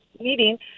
meeting